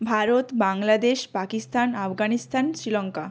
Bharat Bangladesh Pakistan Afghanistan Sri Lanka